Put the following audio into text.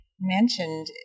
mentioned